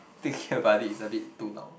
thinking about it is a bit too long